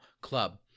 club